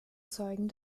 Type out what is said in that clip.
zeugen